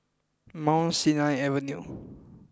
Mount Sinai Avenue